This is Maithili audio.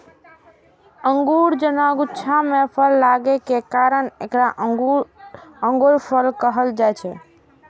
अंगूर जकां गुच्छा मे फल लागै के कारण एकरा अंगूरफल कहल जाइ छै